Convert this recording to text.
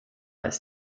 ist